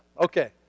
Okay